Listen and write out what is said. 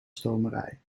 stomerij